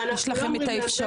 ואנחנו לא אומר להם רגע,